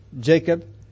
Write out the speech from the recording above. Jacob